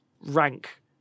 rank